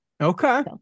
Okay